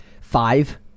five